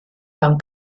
mewn